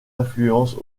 influence